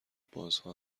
بازها